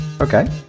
Okay